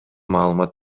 маалымат